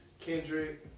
Kendrick